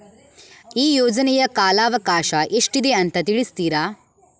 ಈ ಯೋಜನೆಯ ಕಾಲವಕಾಶ ಎಷ್ಟಿದೆ ಅಂತ ತಿಳಿಸ್ತೀರಾ?